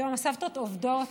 היום הסבתות עובדות,